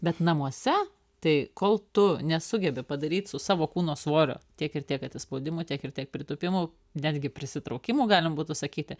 bet namuose tai kol tu nesugebi padaryt su savo kūno svoriu tiek ir tiek atsispaudimų tiek ir tiek pritūpimų netgi prisitraukimų galim būtų sakyti